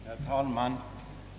Herr talman!